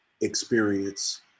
experience